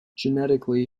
genetically